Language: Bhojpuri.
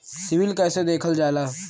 सिविल कैसे देखल जाला?